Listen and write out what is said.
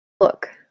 look